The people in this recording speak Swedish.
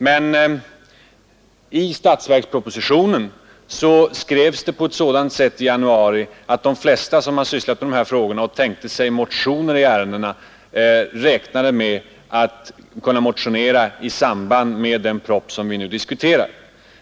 Men i statsverkspropositionen i januari skrevs det på sådant sätt att de flesta som har sysslat med de här frågorna och tänkte sig motionera i ärendet räknade med att kunna göra det i samband med den proposition som vi nu diskuterar.